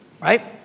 right